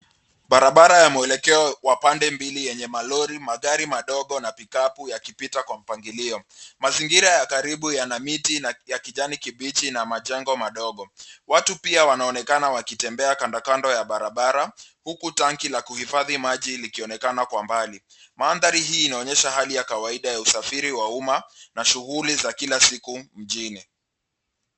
Barabara ya mwelekeo wa pande mbili yenye malori, magari madogo na pikapu yakipita kwa mpangilio. Mazingira ya karibu yana miti ya kijani kibichi na majengo madogo. Watu pia wanaonekana wakitembea kando kando ya barabara, huku tanki la kuhifadhi maji likionekana kwa mbali. Mandhari hii inaonyesha hali ya kawaida ya usafiri wa umma na shughuli za kila siku mjini.